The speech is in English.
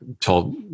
told